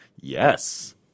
Yes